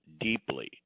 deeply